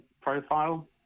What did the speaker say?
profile